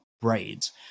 braids